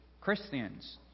Christians